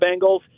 Bengals